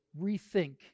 rethink